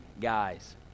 guys